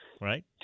Right